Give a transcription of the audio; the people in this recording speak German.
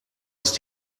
ist